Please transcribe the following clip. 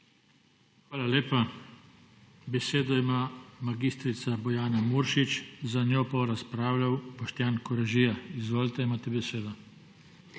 Hvala lepa. Besedo ima mag. Bojana Muršič, za njo pa bo razpravljal Boštjan Koražija. Izvolite, imate besedo.